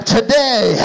Today